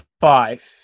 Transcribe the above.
five